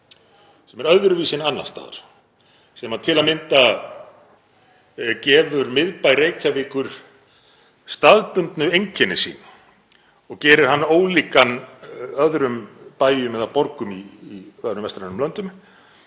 sem er öðruvísi en annars staðar, sem til að mynda gefur miðbæ Reykjavíkur staðbundnu einkennin sín og gerir hann ólíkan öðrum bæjum eða borgum í öðrum vestrænum löndum